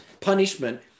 punishment